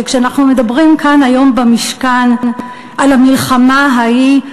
שכשאנחנו מדברים כאן היום במשכן על המלחמה ההיא,